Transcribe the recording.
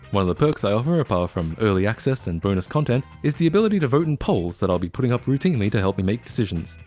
one of the perks i offer, apart from early access and bonus content, is the ability to vote in polls that i'll be putting up routinely to help me make decisions.